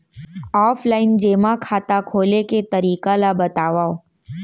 Offline जेमा खाता खोले के तरीका ल बतावव?